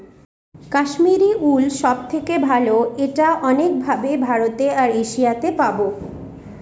Kashmiri wool সব থেকে ভালো এটা অনেক ভাবে ভারতে আর এশিয়াতে পাবো